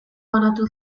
banatu